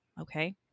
okay